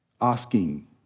asking